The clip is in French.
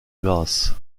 grâce